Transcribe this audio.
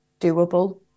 doable